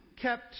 Kept